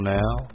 now